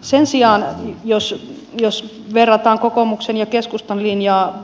sen sijaan jos verrataan kokoomuksen ja keskustan linjaa